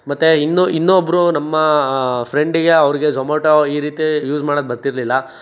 ಮತ್ತೆ ಇನ್ನು ಇನ್ನೊಬ್ಬರು ನಮ್ಮ ಫ್ರೆಂಡಿಗೆ ಅವ್ರಿಗೆ ಝೊಮೋಟೋ ಈ ರೀತಿ ಯೂಸ್ ಮಾಡೋದು ಬರ್ತಿರ್ಲಿಲ್ಲ